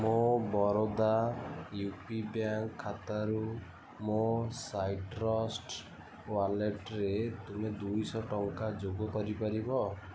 ମୋ Baroda UP bank ଖାତାରୁ ମୋ ସାଇଟ୍ରଷ୍ଟ୍ ୱାଲେଟ୍ରେ ତୁମେ ଦୁଇଶହ ଟଙ୍କା ଯୋଗ କରିପାରିବ